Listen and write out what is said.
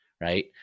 Right